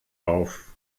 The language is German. auf